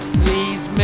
please